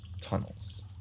tunnels